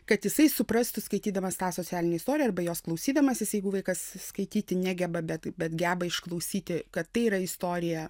kad jisai suprastų skaitydamas tą socialinę istoriją arba jos klausydamasis jeigu vaikas skaityti negeba bet bet geba išklausyti kad tai yra istorija